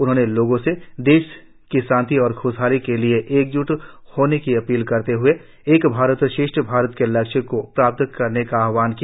उन्होंने लोगों से देश की शांति और खुशहाली के लिए एकजुट होने की अपील करते हए एक भारत श्रेष्ठ भारत के लक्ष्य को प्राप्त करने का आहवान किया